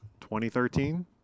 2013